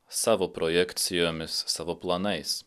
savo projekcijomis savo planais